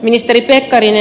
ministeri pekkarinen